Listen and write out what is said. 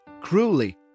cruelly